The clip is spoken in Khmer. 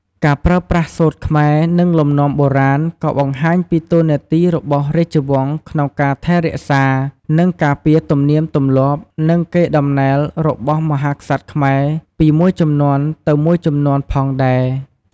ការប្រើប្រាស់សូត្រខ្មែរ និងលំនាំបុរាណក៏បង្ហាញពីតួនាទីរបស់រាជវង្សក្នុងការថែរក្សា និងការពារទំនៀមទម្លាប់ និង កេរតំណែលរបស់មហាក្សត្រខ្មែរពីមួយជំនាន់ទៅមួយជំនាន់ផងដែរ។